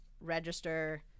register